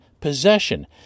possession